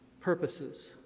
purposes